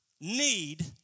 need